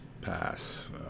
pass